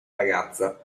ragazza